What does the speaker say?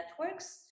networks